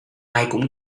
cũng